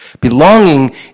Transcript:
Belonging